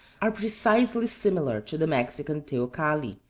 are precisely similar to the mexican teocalli.